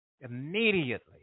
immediately